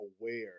aware